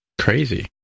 crazy